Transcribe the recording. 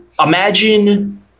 Imagine